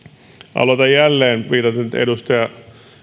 aloitan jälleen viitaten edustaja